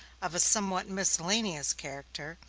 of a somewhat miscellaneous character,